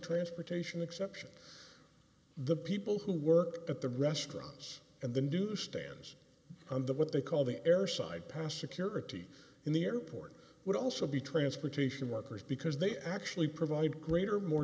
transportation exception the people who work at the restrooms and the newsstands on the what they call the airside past security in the airport would also be transportation workers because they actually provide greater more